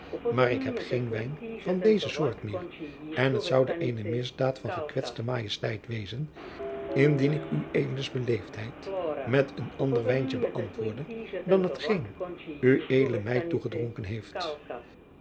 maar ik heb geen wijn van deze soort meer en het zoude eene misdaad van gekwetste majesteit wezen indien ik jacob van lennep de pleegzoon ueds beleefdheid met een ander wijntje beantwoordde dan hetgeen ued mij toegedronken heeft